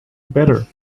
better